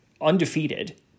undefeated